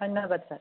ধন্যবাদ ছাৰ